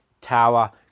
tower